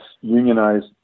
unionized